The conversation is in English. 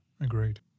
Agreed